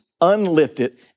unlifted